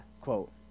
quote